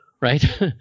right